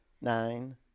nine